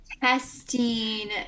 testing